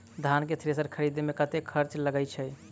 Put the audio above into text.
धान केँ थ्रेसर खरीदे मे कतेक खर्च लगय छैय?